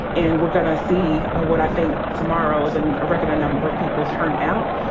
and we're gonna see ah what i think tomorrow is and a record number of people turn out.